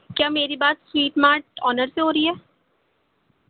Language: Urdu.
کیا میری بات سویٹ مارٹ انر سے ہو رہی ہے